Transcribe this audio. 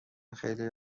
خیلی